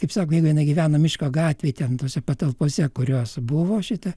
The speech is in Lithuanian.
kaip sako jinai gyveno miško gatvėj ten tose patalpose kurios buvo šita